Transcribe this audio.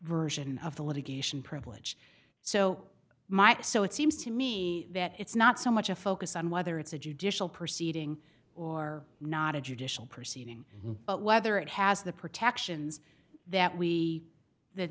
version of the litigation privilege so might so it seems to me that it's not so much a focus on whether it's a judicial proceeding or not a judicial proceeding but whether it has the protections that we that